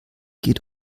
geht